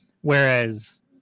Whereas